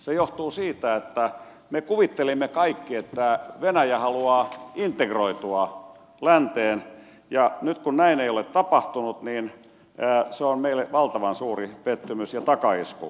se johtuu siitä että me kuvittelimme kaikki että venäjä haluaa integroitua länteen ja nyt kun näin ei ole tapahtunut se on meille valtavan suuri pettymys ja takaisku